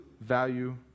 value